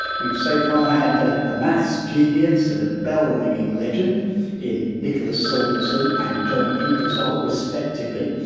we've so far had a maths genius and a bell ringing legend in nicholas sanderson and john ingersoll, respectively.